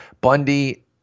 bundy